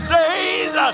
days